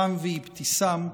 רם ואבתיסאם,